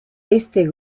este